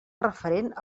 referent